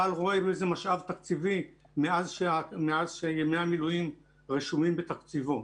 צה"ל רואה בזה משאב תקציבי מאז שימי המילואים רשומים בתקציבו.